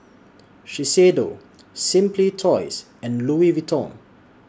Shiseido Simply Toys and Louis Vuitton